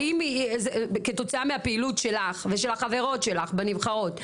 האם כתוצאה מהפעילות שלך ושל החברות שלך בנבחרות,